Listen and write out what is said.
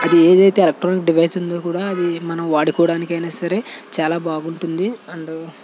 అది ఏదైతే electronic device ఉందో కూడా అది మనం వాడుకోడానికైనా సరే చాలా బాగుంటుంది అండ్